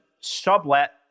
sublet